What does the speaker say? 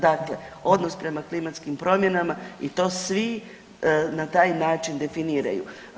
Dakle odnos prema klimatskim promjenama i to svi na taj način definiraju.